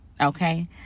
Okay